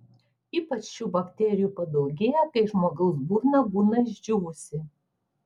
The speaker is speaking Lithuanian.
ypač šių bakterijų padaugėja kai žmogaus burna būna išdžiūvusi